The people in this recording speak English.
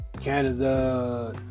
Canada